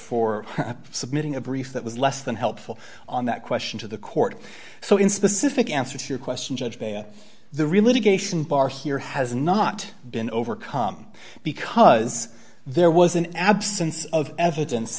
for submitting a brief that was less than helpful on that question to the court so in specific answer to your question judge the real litigation bar here has not been overcome because there was an absence of evidence